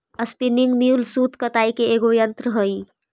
spinning mule सूत कताई के एगो यन्त्र हई